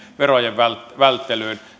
verojen välttelyyn